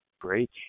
Great